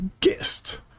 guest